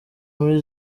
muri